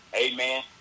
Amen